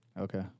Okay